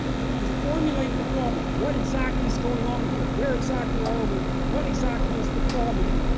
you you formulate the problem. what exactly's going on here? where exactly are we? what exactly is the problem?